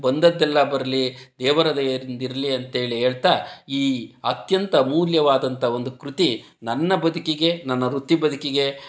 ಬಂದದ್ದೆಲ್ಲ ಬರಲಿ ದೇವರ ದಯೆಯೊಂದಿರ್ಲಿ ಅಂತ ಹೇಳಿ ಹೇಳ್ತಾ ಈ ಅತ್ಯಂತ ಮೂಲ್ಯವಾದಂಥ ಒಂದು ಕೃತಿ ನನ್ನ ಬದುಕಿಗೆ ನನ್ನ ವೃತ್ತಿ ಬದುಕಿಗೆ